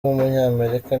w’umunyamerika